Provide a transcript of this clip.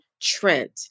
Trent